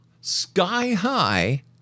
sky-high